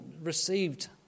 received